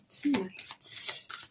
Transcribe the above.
tonight